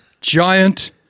giant